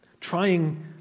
trying